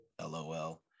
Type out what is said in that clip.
lol